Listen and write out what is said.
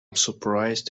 surprised